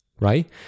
right